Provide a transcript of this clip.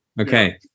Okay